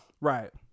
Right